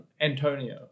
Antonio